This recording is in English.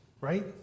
right